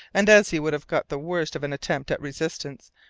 and as he would have got the worst of an attempt at resistance,